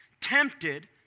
tempted